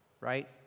right